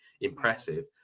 impressive